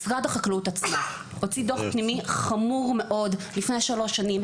משרד החקלאות עצמו הוציא דוח פנימי חמור מאוד לפני שלוש שנים,